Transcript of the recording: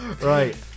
Right